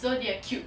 so they're cute